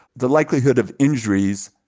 the likelihood of injuries,